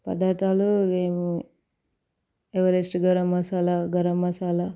పదార్థాలు ఎవరెస్టు గరం మసాలా గరం మసాలా